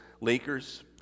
Lakers